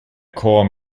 corps